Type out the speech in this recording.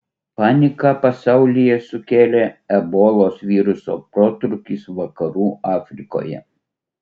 paniką pasaulyje sukėlė ebolos viruso protrūkis vakarų afrikoje